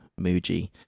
Muji